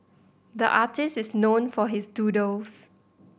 the artist is known for his doodles